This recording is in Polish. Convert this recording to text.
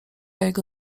jego